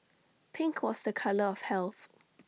pink was the colour of health